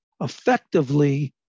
effectively